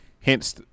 hence